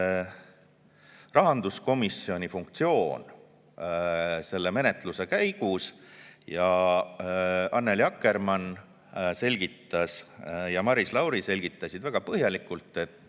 rahanduskomisjoni funktsioon selle menetluse käigus. Annely Akkermann ja Maris Lauri selgitasid väga põhjalikult, et